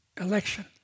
election